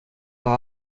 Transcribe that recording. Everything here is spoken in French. par